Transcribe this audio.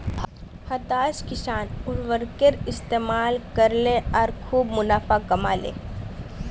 हताश किसान उर्वरकेर इस्तमाल करले आर खूब मुनाफ़ा कमा ले